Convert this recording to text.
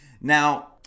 now